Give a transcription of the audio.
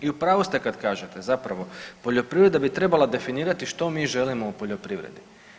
I u pravu ste kad kažete zapravo poljoprivreda bi trebala definirati što mi želimo u poljoprivredi.